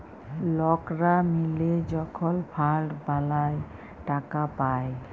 লকরা মিলে যখল ফাল্ড বালাঁয় টাকা পায়